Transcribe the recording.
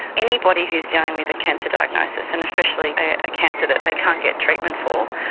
anybody who is dealing with a cancer diagnosis, and especially a cancer that they can't get treatment for,